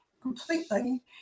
completely